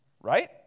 Right